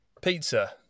Pizza